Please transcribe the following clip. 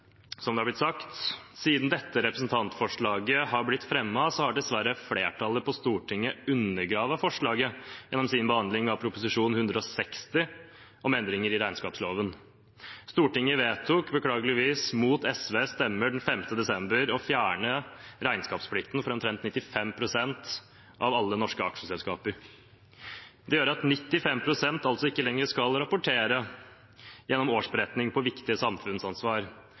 som det har blitt sagt – siden da dette representantforslaget ble fremmet, har dessverre flertallet på Stortinget undergravd forslaget gjennom sin behandling av Prop. 160 L for 2016–2017, om endringer i regnskapsloven. Stortinget vedtok – beklageligvis – mot SVs stemmer den 5. desember å fjerne regnskapsplikten for omkring 95 pst. av alle norske aksjeselskaper. Det gjør at 95 pst. ikke lenger skal rapportere gjennom årsberetning på viktige samfunnsansvar,